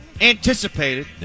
anticipated